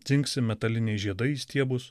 cinksi metaliniai žiedai į stiebus